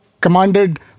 commanded